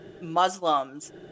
Muslims